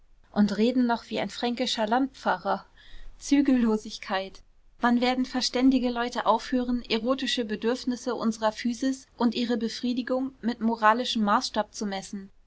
und reden noch wie ein fränkischer landpfarrer zügellosigkeit wann werden verständige leute aufhören erotische bedürfnisse unserer physis und ihre befriedigung mit moralischem maßstab zu messen